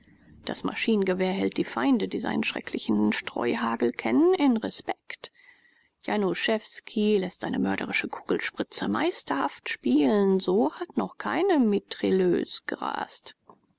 das maschinengewehr hält die feinde die seinen schrecklichen streuhagel kennen in respekt januschewski läßt seine mörderische kugelspritze meisterhaft spielen so hat noch keine mitrailleuse gerast